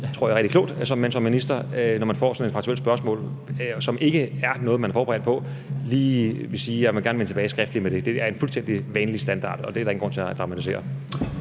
det, tror jeg, rigtig klogt, at man som minister, når man får sådan et faktuelt spørgsmål, som ikke er noget, man er forberedt på, vil sige, at man gerne vil vende tilbage skriftligt med det. Det er en fuldstændig vanlig standard, og det er der ingen grund til at dramatisere.